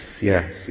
yes